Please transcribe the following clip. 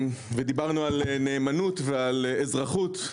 דיברנו על נאמנות ועל אזרחות,